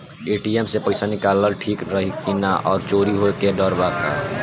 ATM से पईसा निकालल ठीक रही की ना और चोरी होये के डर बा का?